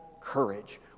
Courage